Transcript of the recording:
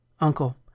Uncle